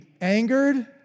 angered